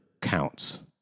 counts